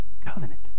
Covenant